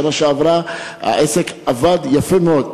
בשנה שעברה העסק עבד יפה מאוד,